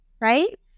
Right